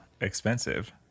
expensive